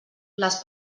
les